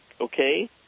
okay